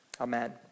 Amen